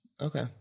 Okay